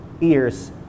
ears